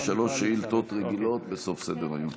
יש שלוש שאילתות רגילות בסוף סדר-היום.